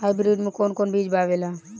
Hybrid में कोवन कोवन बीज आवेला?